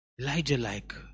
Elijah-like